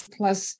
plus